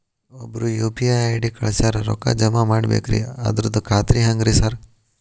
ಒಬ್ರು UPI ID ಕಳ್ಸ್ಯಾರ ರೊಕ್ಕಾ ಜಮಾ ಮಾಡ್ಬೇಕ್ರಿ ಅದ್ರದು ಖಾತ್ರಿ ಹೆಂಗ್ರಿ ಸಾರ್?